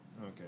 okay